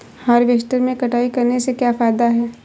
Harvester से कटाई करने से क्या फायदा है?